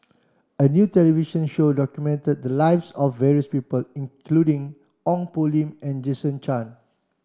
a new television show documented the lives of various people including Ong Poh Lim and Jason Chan